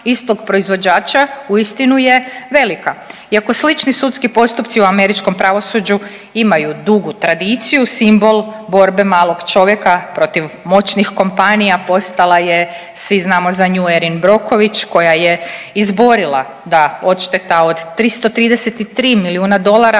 istog proizvođača uistinu je velika. Iako slični sudski postupci u američkom pravosuđu imaju dugu tradiciju simbol borbe malog čovjeka protiv moćnik kompanija postala je svi znamo za nju Erin Brockovich koja je izborila da odšteta od 333 milijuna dolara